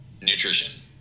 Nutrition